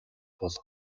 бол